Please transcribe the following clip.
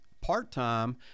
part-time